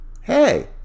hey